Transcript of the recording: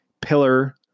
Pillar